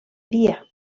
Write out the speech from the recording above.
dia